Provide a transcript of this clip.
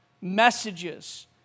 messages